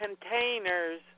containers